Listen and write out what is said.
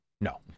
No